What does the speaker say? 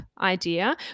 idea